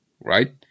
right